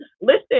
listen